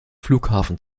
flughafen